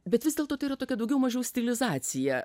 bet vis dėlto tai yra tokia daugiau mažiau stilizacija